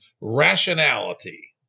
rationality